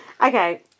Okay